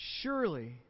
Surely